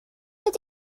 did